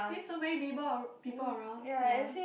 since so many people people around ya